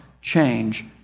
change